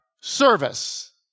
service